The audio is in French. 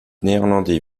néerlandais